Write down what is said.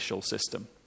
system